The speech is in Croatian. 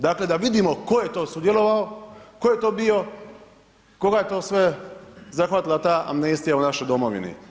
Dakle, da vidimo tko je to sudjelovao, tko je to bilo, koga je to sve zahvatila ta amnestija u našoj domovini.